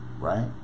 right